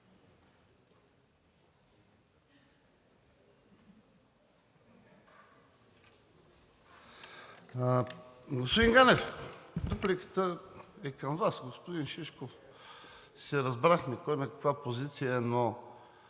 Господин Ганев, репликата е към Вас. С господин Шишков се разбрахме кой на каква позиция е, но